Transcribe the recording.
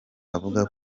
avuga